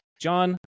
John